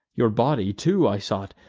your body too i sought,